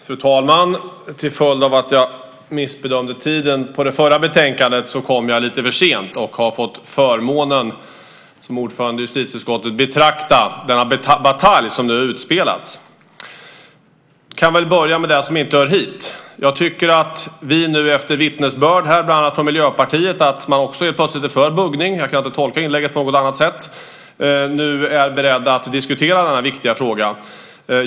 Fru talman! Till följd av att jag missbedömde tiden på det förra betänkandet kom jag lite för sent och har som ordförande i justitieutskottet fått förmånen att betrakta den batalj som utspelats. Jag börjar med det som inte hör hit. Efter vittnesbörd från bland annat Miljöpartiet att man plötsligt är för buggning - jag kan inte tolka inlägget på annat sätt - är man nu beredd att diskutera denna viktiga fråga.